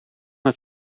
het